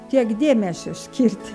tiek dėmesio skirti